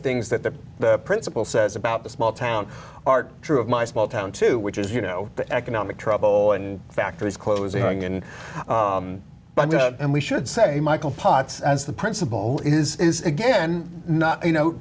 things that the principal says about the small town are true of my small town too which is you know the economic trouble and factories closing in and we should say michael potts as the principal again not you know